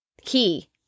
Key